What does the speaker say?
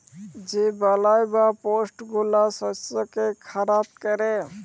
যে বালাই বা পেস্ট গুলা শস্যকে খারাপ ক্যরে